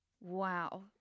Wow